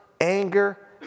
anger